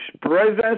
presence